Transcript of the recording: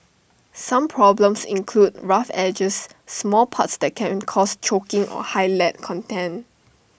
some problems include rough edges small parts that can cause choking or high lead content